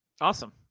Awesome